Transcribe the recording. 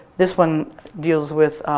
this one deals with